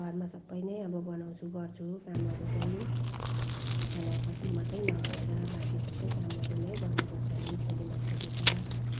घरमै सबै नै अब बनाउँछु गर्छु कामहरू चाहिँ खाना मत् मात्रै नभएर बाँकी सबै कामहरू नै गर्नुपर्छ नि छोरी मान्छेले त